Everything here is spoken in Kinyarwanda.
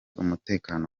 umutekano